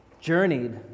journeyed